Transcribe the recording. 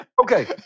okay